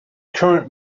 current